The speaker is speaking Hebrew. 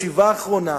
האחרונה,